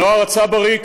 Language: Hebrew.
הנוער הצברי,